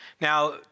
Now